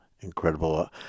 incredible